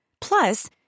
Plus